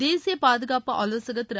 தேசிய பாதுகாப்பு ஆலோசகங் திரு